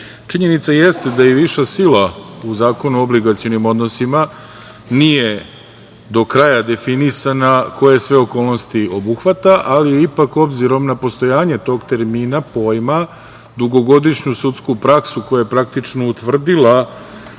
jeste da viša sila u Zakonu o obligacionim odnosima nije do kraja definisana, koje sve okolnosti obuhvata, ali je ipak, obzirom na postojanje tog termina, pojma, dugogodišnju sudsku praksu, koja je praktično utvrdila